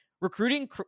recruiting